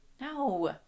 No